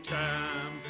time